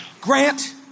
Grant